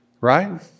right